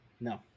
No